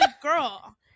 girl